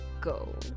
go